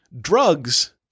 drugs